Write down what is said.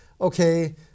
Okay